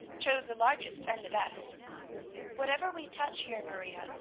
chose the largest and the best whatever we touch here, maria,